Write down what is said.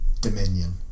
dominion